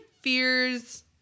fears